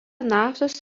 naftos